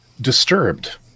Disturbed